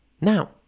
Now